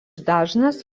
dažnas